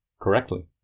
correctly